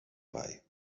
bei